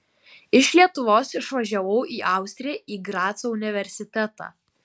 iš lietuvos išvažiavau į austriją į graco universitetą